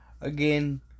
Again